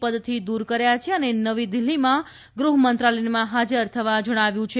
પદથી દૂર કર્યા છે અને નવી દિલ્હીમાં ગૃહમંત્રાલયમાં હાજર થવા જણાવ્યું છે